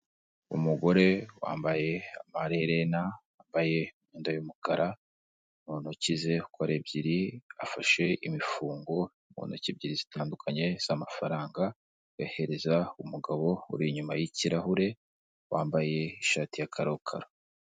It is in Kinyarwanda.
Umugore wambaye amaherena, wambaye imyenda y'umukara, mu ntoki ze uko ari ebyiri, afashe imifungo mu ntoki ebyiri zitandukanye z'amafaranga, ayahereza umugabo uri inyuma y'ikirahure wambaye ishati ya karokaro.